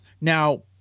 Now